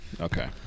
Okay